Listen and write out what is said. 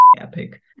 epic